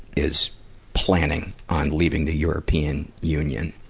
is planning on leaving the european union.